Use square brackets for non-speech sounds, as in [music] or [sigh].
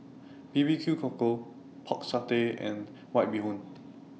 B B Q Cockle Pork Satay and White Bee Hoon [noise]